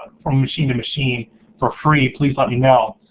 from machine to machine for free, please let me know.